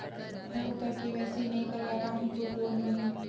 समय उपर के.वाई.सी नइ करवाय पाहुं तो कौन होही?